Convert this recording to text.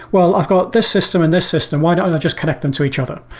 well, i've got this system and this system. why don't i just connect them to each other?